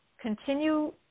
continue